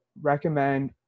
recommend